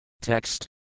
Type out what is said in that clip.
TEXT